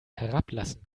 herablassen